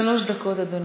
שלוש דקות, אדוני.